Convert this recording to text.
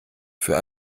für